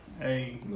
Hey